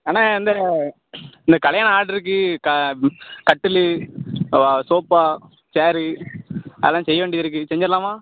அண்ணா இந்த இங்கே கல்யாண ஆட்ருக்கு க கட்டில் சோஃபா சேரு அதெல்லாம் செய்ய வேண்டியதிருக்குது செஞ்சிடலாமா